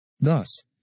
Thus